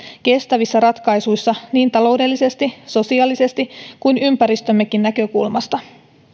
kestävissä ratkaisuissa niin taloudellisesti sosiaalisesti kuin ympäristömmekin näkökulmasta